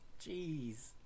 Jeez